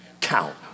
count